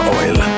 oil